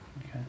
Okay